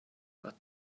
but